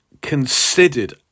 considered